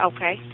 Okay